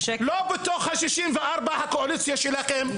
לא בתוך ה-64 הקואליציה שלכם,